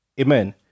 Amen